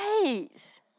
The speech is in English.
Great